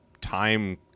time